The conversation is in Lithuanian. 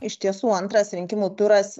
iš tiesų antras rinkimų turas